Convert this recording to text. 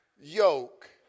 yoke